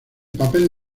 papel